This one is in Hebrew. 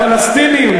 הפלסטינים,